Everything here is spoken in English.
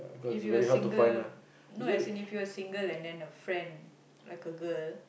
if you were single no as in if you were single and then a friend like a girl